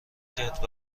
کرد